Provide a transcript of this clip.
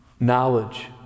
knowledge